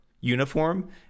uniform